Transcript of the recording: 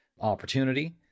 opportunity